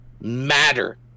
matter